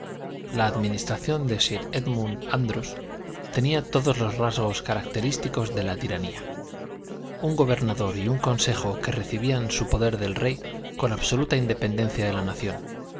la administración de sir édmund andros tenía todos los rasgos característicos de la tiranía un gobernador y un consejo que recibían su poder del rey con absoluta independencia de la nación